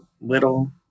little